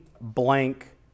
blank